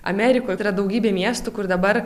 amerikoj tai yra daugybė miestų kur dabar